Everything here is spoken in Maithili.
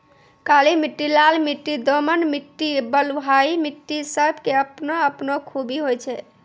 काली मिट्टी, लाल मिट्टी, दोमट मिट्टी, बलुआही मिट्टी सब के आपनो आपनो खूबी होय छै